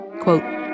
Quote